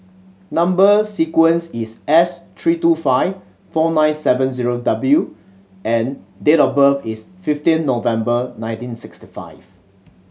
number sequence is S three two five four nine seven zero W and date of birth is fifteen November nineteen sixty five